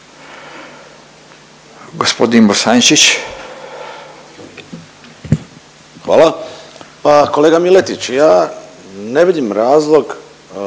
Ivan (HDZ)** Hvala. Pa kolega Miletiću ja ne vidim razlog